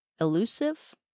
elusive